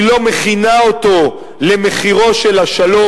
היא לא מכינה אותו למחירו של השלום,